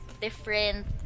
different